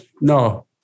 No